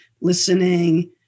listening